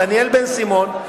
דניאל בן-סימון,